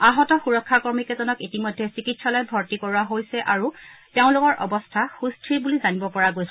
আহত সুৰক্ষা কৰ্মীকেইজনক ইতিমধ্যে চিকিৎসালয়ত ভৰ্তি কৰোৱা হৈছে আৰু তেওঁলোকৰ অৱস্থা সুস্থিৰ বুলি জানিব পৰা গৈছে